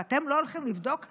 ואתם לא הולכים לבדוק הלאה,